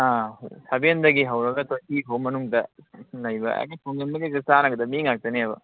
ꯑꯥ ꯁꯕꯦꯟꯗꯒꯤ ꯍꯧꯔꯒ ꯇ꯭ꯋꯦꯟꯇꯤ ꯐꯥꯎ ꯃꯅꯨꯡꯗ ꯂꯩꯕ ꯍꯦꯛꯇ ꯇꯣꯡꯁꯤꯟꯕꯒ ꯍꯦꯛꯇ ꯆꯥꯟꯅꯒꯗꯕ ꯃꯤ ꯉꯥꯛꯇꯅꯦꯕ